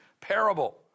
parable